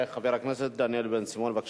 חבר הכנסת דניאל בן-סימון, בבקשה.